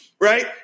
right